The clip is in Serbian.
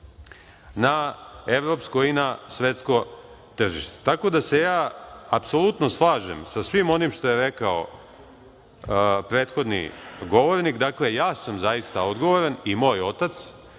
na evropsko i na svetsko tržište. Tako da se ja apsolutno slažem sa svim onim što je rekao prethodni govornik. Dakle, ja sam zaista odgovoran, i moj otac,